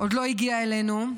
עוד לא הגיע אלינו.